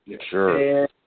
Sure